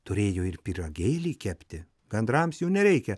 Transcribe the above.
turėjo ir pyragėlį kepti gandrams jau nereikia